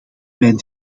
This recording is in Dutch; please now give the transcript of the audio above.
mijn